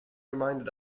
reminded